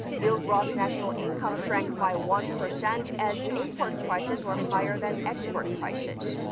real gross national income shrank by one percent, as import prices were higher than export prices.